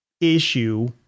Issue